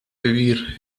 vivir